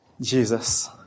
Jesus